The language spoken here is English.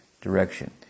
direction